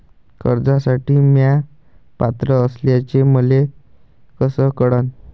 कर्जसाठी म्या पात्र असल्याचे मले कस कळन?